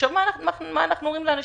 תחשוב מה אנחנו אומרים לאנשים.